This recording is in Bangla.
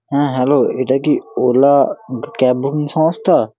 হ্যাঁ হ্যালো এটা কি ওলা ক্যাব বুকিং সংস্থা